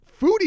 foodie